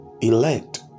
elect